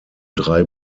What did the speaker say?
drei